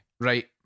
Right